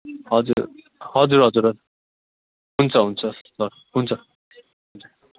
हजुर हजुर हजुर हुन्छ हुन्छ ल हुन्छ हुन्छ